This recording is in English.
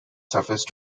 surface